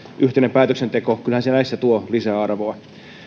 yhteinen päätöksenteko tuo lisäarvoa